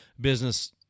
business